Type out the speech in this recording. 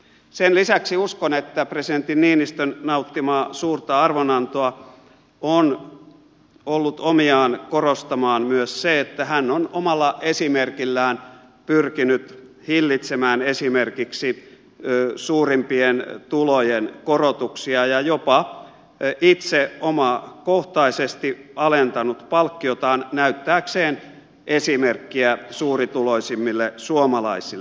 sen lisäksi uskon että presidentti niinistön nauttimaa suurta arvonantoa on ollut omiaan korostamaan myös se että hän on omalla esimerkillään pyrkinyt hillitsemään esimerkiksi suurimpien tulojen korotuksia ja jopa itse omakohtaisesti alentanut palkkiotaan näyttääkseen esimerkkiä suurituloisimmille suomalaisille